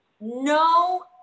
No